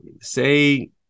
say